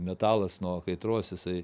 metalas nuo kaitros jisai